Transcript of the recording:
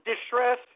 distress